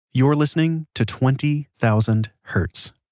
you're listening to twenty thousand hertz